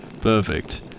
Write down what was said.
Perfect